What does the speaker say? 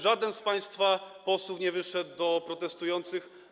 Żaden z państwa posłów nie wyszedł do protestujących.